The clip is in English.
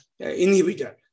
inhibitor